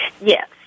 Yes